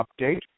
update